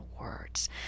words